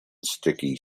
sticky